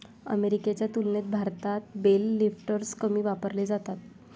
अमेरिकेच्या तुलनेत भारतात बेल लिफ्टर्स कमी वापरले जातात